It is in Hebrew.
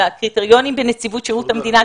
על הקריטריונים בנציבות שירות המדינה,